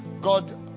God